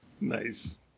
Nice